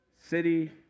city